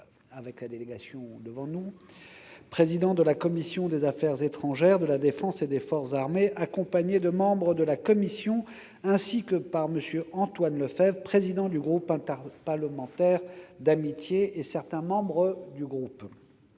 M. Christian Cambon, président de la commission des affaires étrangères, de la défense et des forces armées, accompagné de membres de la commission, ainsi que par M. Antoine Lefèvre, président du groupe interparlementaire d'amitié France-États-Unis et certains membres du groupe.